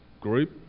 group